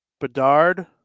Bedard